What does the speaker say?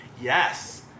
Yes